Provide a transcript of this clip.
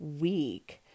week